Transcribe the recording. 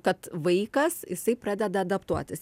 kad vaikas jisai pradeda adaptuotis